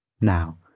Now